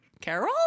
Carol